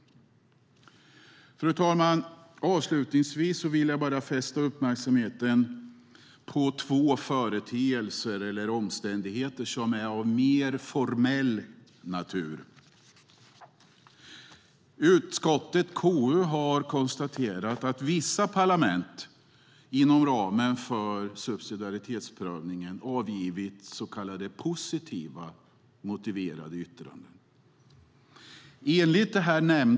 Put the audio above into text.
Fru talman! Avslutningsvis vill jag bara fästa uppmärksamheten på två företeelser eller omständigheter som är av mer formell natur. KU har konstaterat att vissa parlament inom ramen för subsidiaritetsprövningen har avgivit så kallade positivt motiverade yttranden.